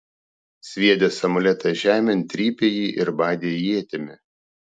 sviedęs amuletą žemėn trypė jį ir badė ietimi